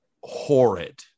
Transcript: horrid